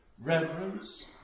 reverence